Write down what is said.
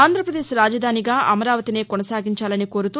ఆంధ్రప్రదేశ్ రాజధానిగా అమరావతినే కొనసాగించాలని కోరుతూ